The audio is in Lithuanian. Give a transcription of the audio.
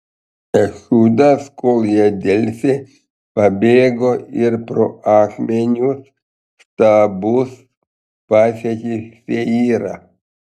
ehudas kol jie delsė pabėgo ir pro akmeninius stabus pasiekė seyrą